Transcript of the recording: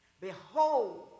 behold